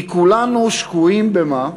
כי כולנו שקועים, במה?